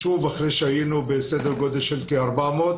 אחרי שהיינו בסדר גודל של כ-400.